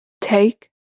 Take